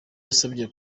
yasabye